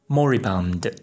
Moribund